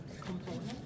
component